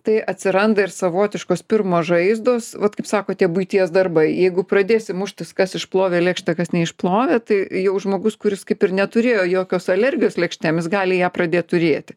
tai atsiranda ir savotiškos pirmos žaizdos vat kaip sako tie buities darbai jeigu pradėsi muštis kas išplovė lėkštę kas neišplovė tai jau žmogus kuris kaip ir neturėjo jokios alergijos lėkštėm jis gali ją pradėt turėti